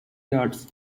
yards